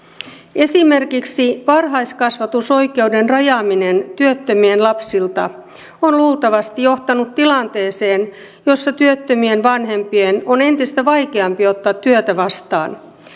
esimerkiksi varhaiskasvatusoikeuden rajaaminen työttömien lapsilta on luultavasti johtanut tilanteeseen jossa työttömien vanhempien on entistä vaikeampi ottaa työtä vastaan